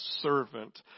servant